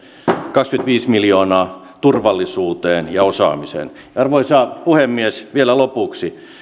kaksikymmentäviisi miljoonaa turvallisuuteen ja osaamiseen arvoisa puhemies vielä lopuksi